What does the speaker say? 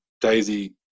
Daisy